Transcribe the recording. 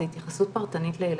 זו התייחסות פרטנית לילדים.